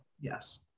Yes